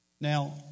Now